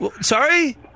Sorry